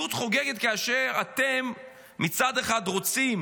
הצביעות חוגגת, כאשר אתם מצד אחד רוצים